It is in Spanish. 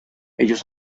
ellos